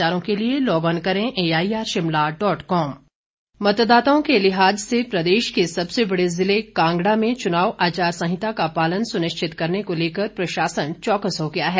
चुनाव आचार कांगडा मतदाताओं के लिहाज से प्रदेश के सबसे बड़े जिले कांगड़ा में भी चुनाव आचार संहिता का पालन सुनिश्चित करने को लेकर प्रशासन चौकस हो गया है